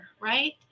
right